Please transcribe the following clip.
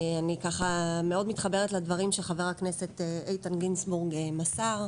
אני מאוד מתחברת לדברים שח"כ איתן גינזבורג מסר,